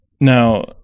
Now